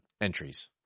entries